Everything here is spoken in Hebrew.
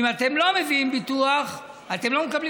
אם אתם לא מביאים ביטוח אתם לא מקבלים